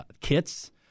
kits